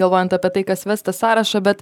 galvojant apie tai kas ves tą sąrašą bet